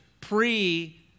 pre